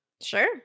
Sure